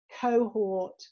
cohort